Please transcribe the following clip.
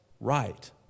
right